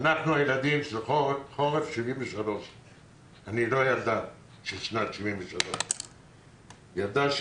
"אנחנו הילדים של חורף 73. אני לא ילדה של שנת 73. אני ילדה של